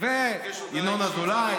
וינון אזולאי